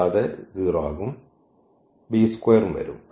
കൂടാതെ ഇത് 0 ആകും കൂടാതെ വരും